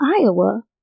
Iowa